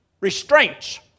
restraints